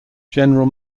general